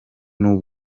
n’u